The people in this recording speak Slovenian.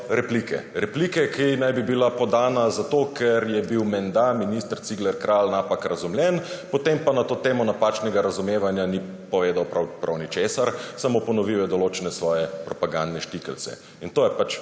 Replike, ki naj bi bila podana zato, ker je bil medna minister Cigler Kralj napak razumljen, potem pa na to temo napačnega razumevanja ni povedal ničesar, samo ponovil je določene svoje propagandne štikelce. In to je